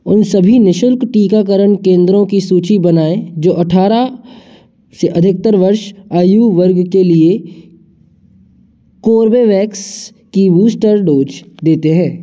उन सभी निःशुल्क टीकाकरण केंद्रों की सूची बनाएँ जो अठारह से अधिकतर वर्ष आयु वर्ग के लिए कोर्बेवैक्स की बूस्टर डोज देते हैं